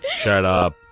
shut up